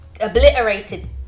obliterated